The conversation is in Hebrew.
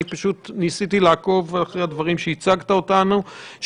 אני פשוט ניסיתי לעקוב אחר הדברים שהצגת לנו.